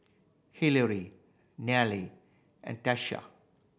Hillery Nelia and Tyesha